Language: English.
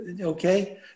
okay